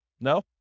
No